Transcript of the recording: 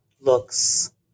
looks